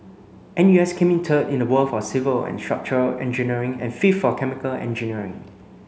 N U S came in third in the world for civil and structural engineering and fifth for chemical engineering